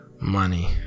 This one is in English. money